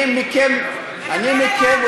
אני מכם רוצה.